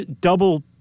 double